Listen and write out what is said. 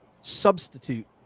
substitute